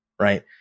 right